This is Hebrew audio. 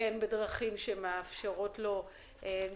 כולל הטבות כאלה ואחרות ללקוחות